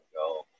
go